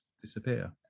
disappear